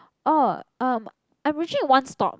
orh um I'm reaching in one stop